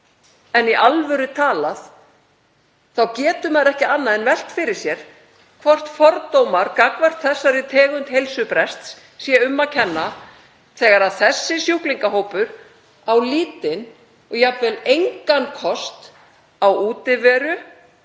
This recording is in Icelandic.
en í alvöru talað þá getur maður ekki annað en velt fyrir sér hvort fordómum gagnvart þessari tegund heilsubrests sé um að kenna þegar þessi sjúklingahópur á lítinn og jafnvel engan kost á útiveru,